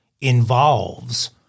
involves